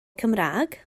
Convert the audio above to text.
cymraeg